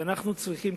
ואנחנו צריכים,